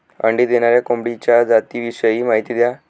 अंडी देणाऱ्या कोंबडीच्या जातिविषयी माहिती द्या